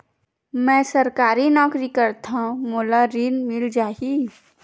मै सरकारी नौकरी करथव मोला ऋण मिल जाही?